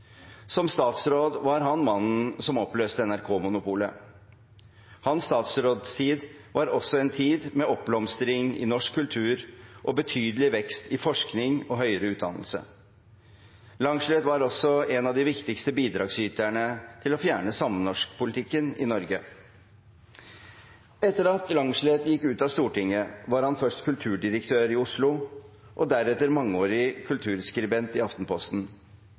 Som statsråd var han mannen som oppløste NRK-monopolet. Hans statsrådstid var også en tid med oppblomstring i norsk kultur og betydelig vekst i forskning og høyere utdannelse. Langslet var også en av de viktigste bidragsyterne til å fjerne samnorskpolitikken i Norge. Etter at Langslet gikk ut av Stortinget, var han først kulturdirektør i Oslo og deretter mangeårig kulturskribent i Aftenposten.